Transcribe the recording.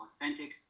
authentic